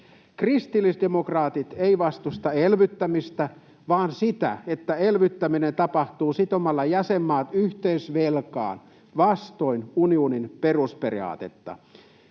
Kristillisdemokraatit eivät vastusta elvyttämistä vaan sitä, että elvyttäminen tapahtuu sitomalla jäsenmaat yhteisvelkaan vastoin unionin perusperiaatetta.